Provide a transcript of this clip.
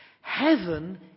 Heaven